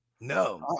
No